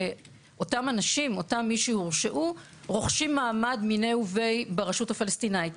שאותם אנשים שהורשעו רוכשים מעמד מיניה וביה ברשות הפלסטינית.